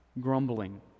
Grumbling